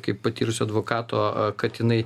kaip patyrusio advokato kad jinai